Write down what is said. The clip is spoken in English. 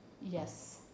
Yes